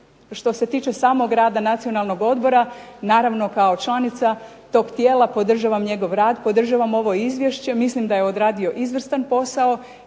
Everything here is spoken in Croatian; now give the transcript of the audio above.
što se tiče samog rada Nacionalnog odbora, naravno kao članica toga tijela podržavam njegov rad, podržavam ovo izvješće. Mislim da je odradio izvrstan posao